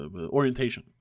orientation